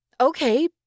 Okay